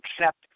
accept